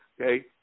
okay